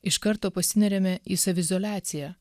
iš karto pasineriame į saviizoliaciją